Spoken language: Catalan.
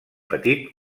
petit